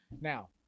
Now